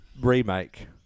remake